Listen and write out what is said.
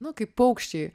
nu kaip paukščiai